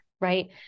right